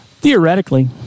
Theoretically